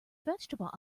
vegetable